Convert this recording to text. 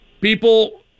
people